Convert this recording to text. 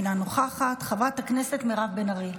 אינה נוכחת, חברת הכנסת מירב בן ארי,